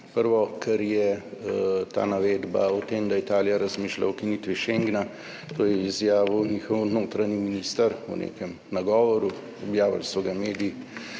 Prvo, kar je ta navedba o tem, da Italija razmišlja o ukinitvi schengna – to je izjavil njihov notranji minister v nekem nagovoru, objavili so ga mediji.